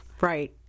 right